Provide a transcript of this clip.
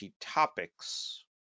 topics